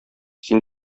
син